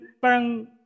parang